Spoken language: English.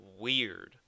weird